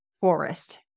forest